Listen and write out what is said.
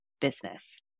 business